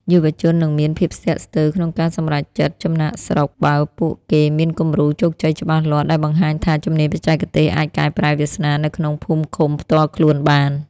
យុវជននឹងមានភាពស្ទាក់ស្ទើរក្នុងការសម្រេចចិត្តចំណាកស្រុក បើពួកគេមានគំរូជោគជ័យច្បាស់លាស់ដែលបង្ហាញថា ជំនាញបច្ចេកទេសអាចកែប្រែវាសនានៅក្នុងភូមិឃុំផ្ទាល់ខ្លួនបាន។